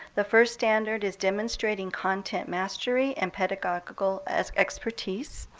the first standard is demonstrating content mastery and pedagogical expertise.